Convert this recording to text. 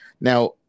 Now